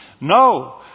No